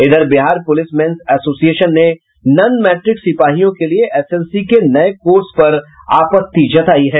इधर Bihar police men's association ने non matric सिपाहियों के लिए एसएलसी के नये कोर्स पर आपत्ति जतायी है